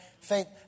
faith